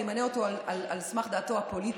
אני אמנה אותו על סמך דעתו הפוליטית,